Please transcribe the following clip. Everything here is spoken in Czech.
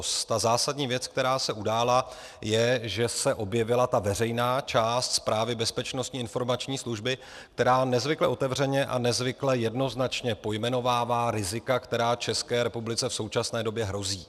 Ta zásadní věc, která se udála, je, že se objevila veřejná část zprávy Bezpečnostní informační služby, která nezvykle otevřeně a nezvykle jednoznačně pojmenovává rizika, která České republice v současné době hrozí.